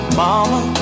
mama